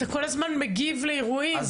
אתה כל הזמן מגיב לאירועים.